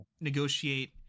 negotiate